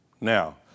Now